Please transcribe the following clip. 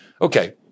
Okay